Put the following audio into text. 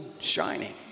shining